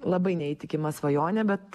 labai neįtikima svajonė bet